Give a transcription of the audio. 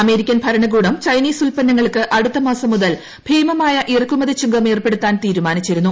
American ഭരണകൂടം Chinese ഉൽപ്പന്നങ്ങൾക്ക് അടുത്തമാസം മുതൽ ഭീമമായ ഇറക്കുമതി ചുങ്ക്ക് ഏർപ്പെടുത്താൻ തീരുമാനിച്ചിരുന്നു